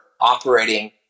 operating